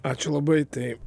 ačiū labai tai